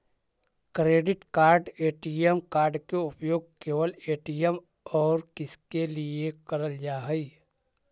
Credit card ATM card के उपयोग केवल ए.टी.एम और किसके के लिए करल जा है?